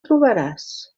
trobaràs